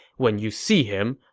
when you see him,